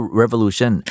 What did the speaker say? revolution